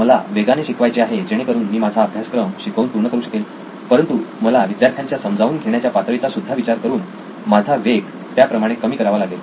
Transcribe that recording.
मला वेगाने शिकवायचे आहे जेणेकरून मी माझा अभ्यासक्रम शिकवून पूर्ण करू शकेल परंतु मला विद्यार्थ्यांच्या समजावून घेण्याच्या पातळीचा सुद्धा विचार करून माझा वेग त्याप्रमाणे कमी करावा लागेल